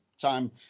time